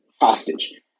hostage